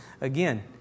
Again